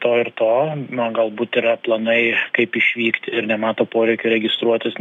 to ir to na galbūt yra planai kaip išvykt ir nemato poreikio registruotis